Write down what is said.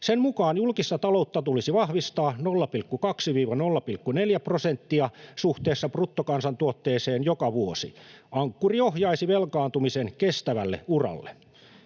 Sen mukaan julkista taloutta tulisi vahvistaa 0,2—0,4 prosenttia suhteessa bruttokansantuotteeseen joka vuosi. Ankkuri ohjaisi velkaantumisen kestävälle uralle.